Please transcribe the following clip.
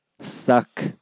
suck